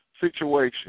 situation